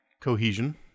cohesion